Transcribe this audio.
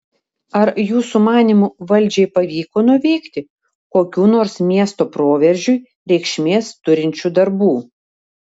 ar jūsų manymu valdžiai pavyko nuveikti kokių nors miesto proveržiui reikšmės turinčių darbų